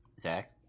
Zach